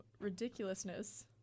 ridiculousness